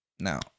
Now